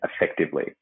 effectively